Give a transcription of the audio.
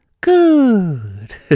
Good